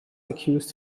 accused